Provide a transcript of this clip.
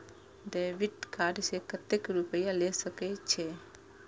Debit card से कतेक रूपया ले सके छै?